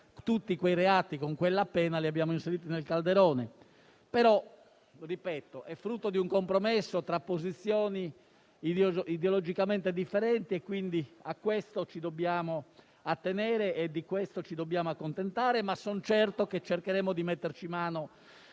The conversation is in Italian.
tutti i reati con quella pena li abbiamo inseriti nel calderone. Ripeto, però, che questo provvedimento è il frutto di un compromesso tra posizioni ideologicamente differenti; quindi, a questo ci dobbiamo attenere e di questo ci dobbiamo accontentare. Son certo, però, che cercheremo di metterci mano